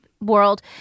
world